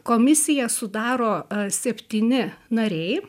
komisiją sudaro septyni nariai